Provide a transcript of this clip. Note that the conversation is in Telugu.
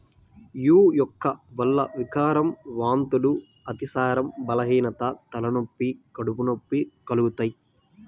యీ మొక్క వల్ల వికారం, వాంతులు, అతిసారం, బలహీనత, తలనొప్పి, కడుపు నొప్పి కలుగుతయ్